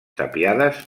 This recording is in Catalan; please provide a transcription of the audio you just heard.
tapiades